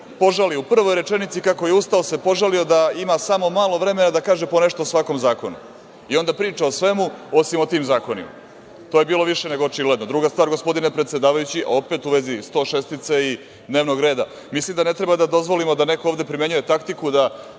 požalio u prvoj rečenici, kako je ustao, požalio se da ima samo malo vremena da kaže ponešto o svakom zakonu i onda priča o svemu, osim o tim zakonima. To je bilo više nego očigledno. Druga stvar, gospodine predsedavajući, opet u vezi 106. i dnevnog reda. Mislim da ne treba da dozvolimo da neko ovde primenjuje taktiku da